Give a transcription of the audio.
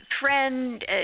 friend